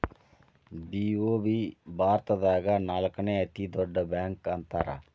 BOB ಭಾರತದಾಗ ನಾಲ್ಕನೇ ಅತೇ ದೊಡ್ಡ ಬ್ಯಾಂಕ ಅಂತಾರ